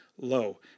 Low